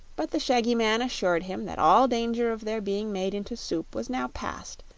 but the shaggy man assured him that all danger of their being made into soup was now past,